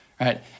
right